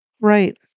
right